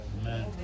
Amen